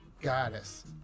goddess